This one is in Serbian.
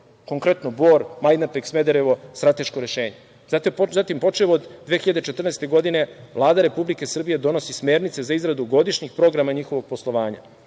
konkretno, Bor, Majdanpek, Smederevo, strateško rešenje. Zatim, počev od 2014. godine, Vlada Republike Srbije donosi smernice za izradu godišnjih programa njihovog poslovanja.